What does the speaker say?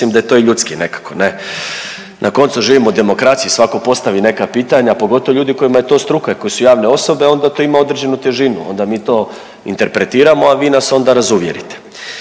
da to je i ljudski nekako ne, na koncu živimo u demokraciji, svako postavi neka pitanja, a pogotovo ljudi kojima je to struka i koji su javne osobe onda to ima određenu težinu, onda mi to interpretiramo, a vi nas onda razuvjerite.